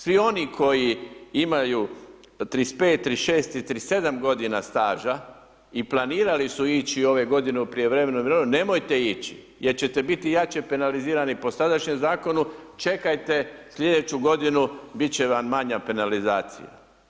Svi oni koji imaju 35., 36., i 37. godina staža i planirali su ići ove godine u prijevremenu mirovinu nemojte ići jer ćete biti jače penalizirani po sadašnjem zakonu, čekajte sljedeću godinu bit će vam manja penalizacija.